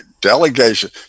Delegation